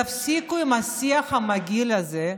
תפסיקו עם השיח המגעיל הזה,